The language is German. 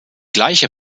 gleiche